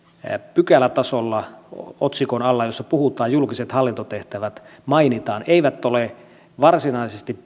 pykälätasolla otsikon alla jossa julkiset hallintotehtävät mainitaan eivät ole varsinaisesti